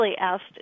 asked